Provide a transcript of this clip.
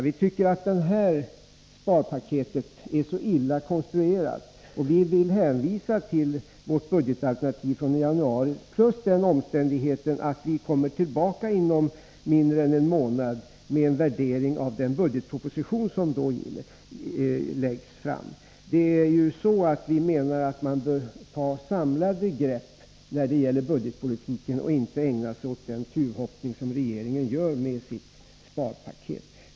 Vi tycker att det här sparpaketet är illa konstruerat, och vi vill hänvisa till vårt budgetalternativ från januari och till den omständigheten att vi kommer tillbaka om mindre än en månad med en värdering av den budgetproposition som då läggs fram. Vi menar att man bör ta ett samlat grepp när det gäller budgetpolitiken och inte ägna sig åt den tuvhoppning som regeringen gör, med sitt sparpaket.